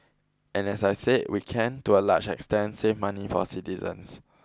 and as I said we can to a large extent save money for citizens